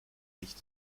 nicht